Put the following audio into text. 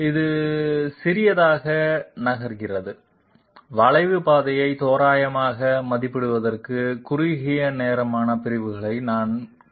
இது சிறியதாக நகர்கிறது வளைவு பாதையை தோராயமாக மதிப்பிடுவதற்கு குறுகிய நேரான பிரிவுகளை நான் குறிக்கிறேன்